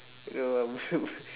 don't know ah bro